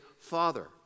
Father